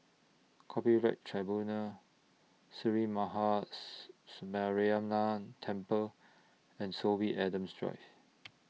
Copyright Tribunal Sree Maha Mariamman Temple and Sorby Adams Drive